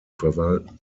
verwalten